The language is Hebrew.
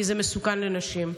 כי זה מסוכן לנשים.